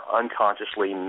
unconsciously